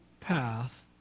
path